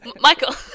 Michael